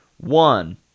One